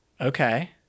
okay